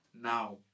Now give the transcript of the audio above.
Now